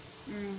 mm